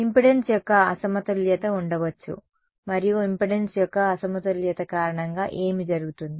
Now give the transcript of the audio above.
impedance యొక్క అసమతుల్యత ఉండవచ్చు మరియు ఇంపెడెన్స్ యొక్క అసమతుల్యత కారణంగా ఏమి జరుగుతుంది